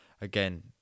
again